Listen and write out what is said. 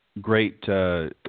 Great